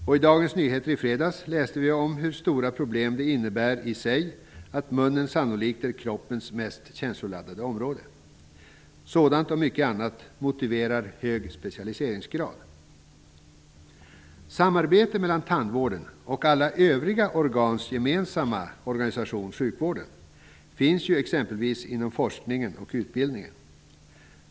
I Dagens Nyheter i fredags kunde vi läsa om hur stora problem det innebär att munnen sannolikt är kroppens mest känsloladdade område. Sådant och mycket annat motiverar hög specialiseringsgrad. Samarbete mellan tandvården och den gemensamma vårdorganisationen för alla övriga organ, sjukvården, finns exempelvis inom forskningen och utbildningen.